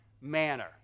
manner